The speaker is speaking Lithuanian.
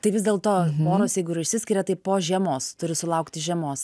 tai vis dėlto poros jeigu ir išsiskiria tai po žiemos turi sulaukti žiemos